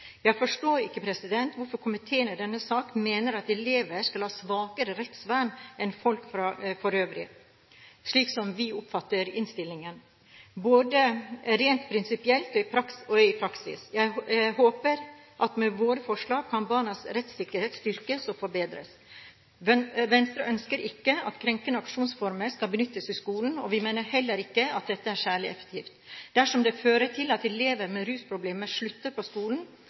Jeg forstår ikke hvorfor komiteen i denne saken mener at elever skal ha svakere rettsvern enn folk for øvrig, slik vi oppfatter innstillingen, både rent prinsipielt og i praksis. Jeg håper at med våre forslag kan barnas rettssikkerhet styrkes og forbedres. Venstre ønsker ikke at krenkende aksjonsformer skal benyttes i skolen, og vi mener heller ikke at det er særlig effektivt. Dersom det fører til at elever med rusproblemer slutter på skolen,